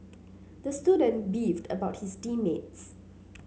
the student beefed about his team mates